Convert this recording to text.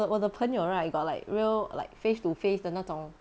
我的朋友 right got like real like face-to-face 的那种